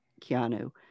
Keanu